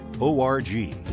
O-R-G